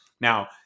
Now